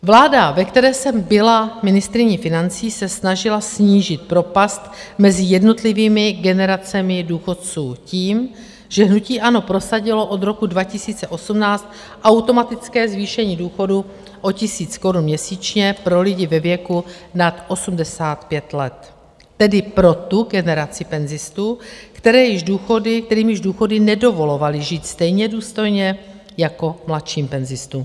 Vláda, ve které jsem byla ministryní financí, se snažila snížit propad mezi jednotlivými generacemi důchodců tím, že hnutí ANO prosadilo od roku 2018 automatické zvýšení důchodů o 1 000 korun měsíčně pro lidi ve věku nad 85 let, tedy pro tu generaci penzistů, kterým již důchody nedovolovaly žít stejně důstojně jako mladším penzistům.